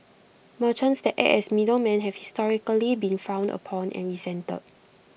merchants that act as middlemen have historically been frowned upon and resented